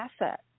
asset